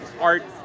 art